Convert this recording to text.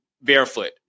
barefoot